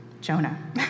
Jonah